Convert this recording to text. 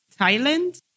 Thailand